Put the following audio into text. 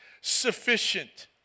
sufficient